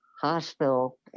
hospital